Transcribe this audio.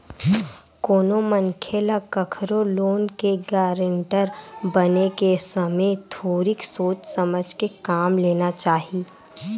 कोनो मनखे ल कखरो लोन के गारेंटर बने के समे थोरिक सोच समझ के काम लेना चाही